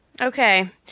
Okay